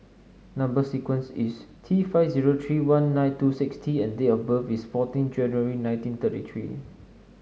number sequence is T five zero three one nine two six T and date of birth is fourteen January nineteen thirty three